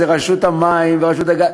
זה רשות המים ורשות הגז,